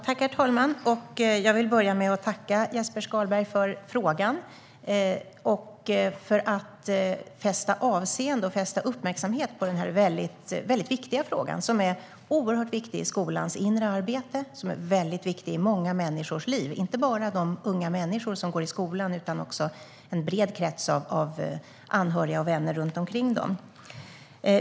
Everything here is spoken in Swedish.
Herr talman! Jag vill börja med att tacka Jesper Skalberg Karlsson för frågan och för att han fäster uppmärksamhet på denna mycket viktiga fråga som är oerhört viktig i skolans inre arbete och i många människors liv. Den är viktig inte bara för de unga människor som går i skolan utan också för en bred krets av anhöriga och vänner runt omkring dem.